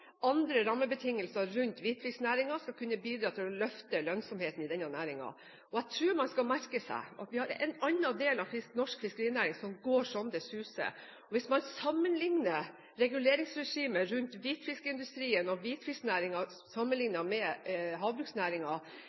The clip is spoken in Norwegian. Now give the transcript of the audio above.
andre rammebetingelser rundt hvitfisknæringen skal kunne bidra til å løfte lønnsomheten i denne næringen. Jeg tror man skal merke seg at vi har en annen del av norsk fiskerinæring som går så det suser. Hvis man sammenligner reguleringsregimet rundt hvitfiskindustrien og hvitfisknæringen med